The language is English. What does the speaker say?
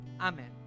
Amen